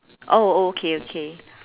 oh oh okay okay